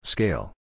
Scale